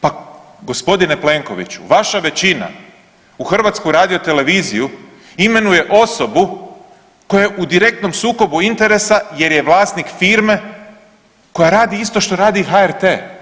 Pa gospodine Plenkoviću, vaša većina u HRT-u imenuje osobu koja je u direktnom sukobu interesa jer je vlasnik firme koja radi isto što radi HRT.